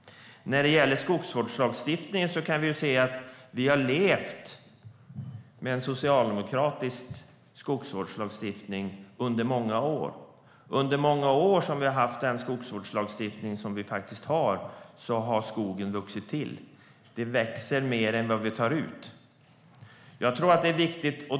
När det gäller skogsvårdslagstiftningen kan vi se att vi har levt med en socialdemokratisk skogsvårdslagstiftning under många år. Under de många år som vi har haft den skogsvårdslagstiftning som vi har har skogen vuxit till. Det växer mer än vi tar ut.